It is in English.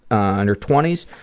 ah, in her twenties.